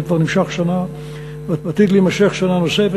שכבר נמשך שנה ועתיד להימשך שנה נוספת.